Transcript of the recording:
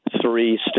three